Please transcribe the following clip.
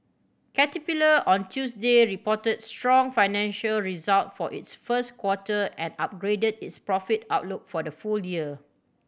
caterpillar on Tuesday reported strong financial result for its first quarter and upgraded its profit outlook for the full year